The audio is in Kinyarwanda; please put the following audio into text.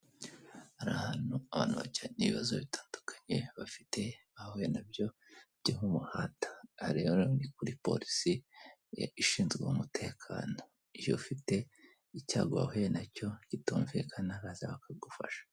Hari ahantu abantu bajyana ibibazo bitandukanye bafite bahuye nabyo byo mu muhanda. Aha rero ni kuri polisi ishinzwe umutekano, iyo ufite icyago wahuye nacyo kitumvikana uraza bakagufasha.